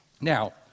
Now